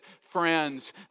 Friends